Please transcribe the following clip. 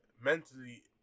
mentally